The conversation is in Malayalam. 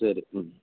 ശരി ഉം